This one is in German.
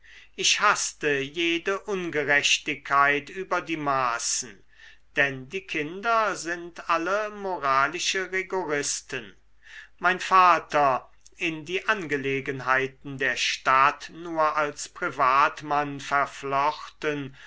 ich haßte jede ungerechtigkeit über die maßen denn die kinder sind alle moralische rigoristen mein vater in die angelegenheiten der stadt nur als privatmann verflochten